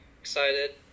excited